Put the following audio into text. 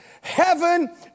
Heaven